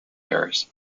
errors